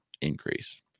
increase